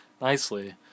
nicely